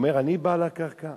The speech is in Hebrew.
אומר: אני בעל הקרקע.